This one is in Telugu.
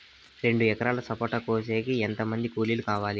రెండు ఎకరాలు సపోట కోసేకి ఎంత మంది కూలీలు కావాలి?